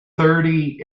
thirty